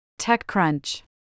TechCrunch